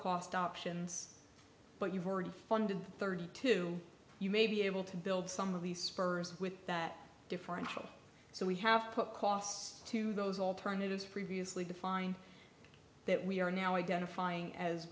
cost options but you've already funded thirty two you may be able to build some of these spurs with that differential so we have put costs to those alternatives previously defined that we are now identifying as